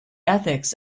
ethics